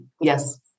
Yes